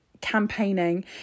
campaigning